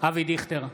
אבי דיכטר,